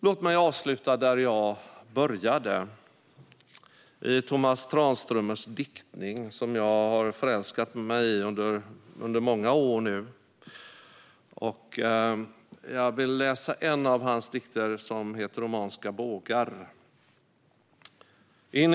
Låt mig avsluta där jag började - i Tomas Tranströmers diktning som jag är förälskad i sedan många år. Jag vill läsa en av hans dikter som heter Romanska bågar .